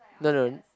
no no